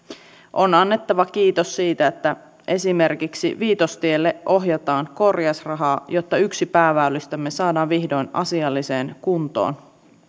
on annettava kiitos siitä että esimerkiksi viitostielle ohjataan korjausrahaa jotta yksi pääväylistämme saadaan vihdoin asialliseen kuntoon